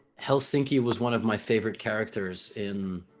helsinki was one of my favorite characters in